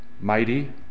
mighty